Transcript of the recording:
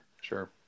Sure